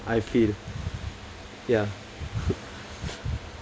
I feel ya